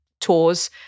tours